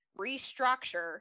restructure